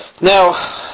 Now